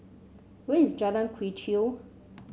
where is Jalan Quee Chew